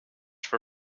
for